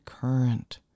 current